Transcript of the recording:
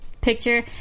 picture